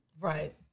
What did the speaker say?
Right